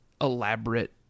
elaborate